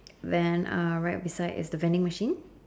then uh right beside is the vending machine